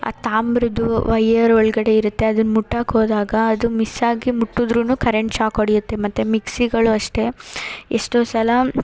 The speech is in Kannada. ಆ ತಾಮ್ರದ್ದು ವೈಯರ್ ಒಳಗಡೆ ಇರುತ್ತೆ ಅದನ್ನ ಮುಟ್ಟಕ್ಕೆ ಹೋದಾಗ ಅದು ಮಿಸ್ ಆಗಿ ಮುಟ್ಟಿದ್ದರೂನು ಕರೆಂಟ್ ಶಾಕ್ ಹೊಡಿಯುತ್ತೆ ಮತ್ತು ಮಿಕ್ಸಿಗಳು ಅಷ್ಟೇ ಎಷ್ಟೋ ಸಲ